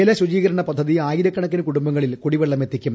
ജലശുചീകരണ പദ്ധതി ആയിരക്കണക്കിന് കൂടുംബങ്ങളിൽ കൂടിവെള്ളമെത്തിക്കും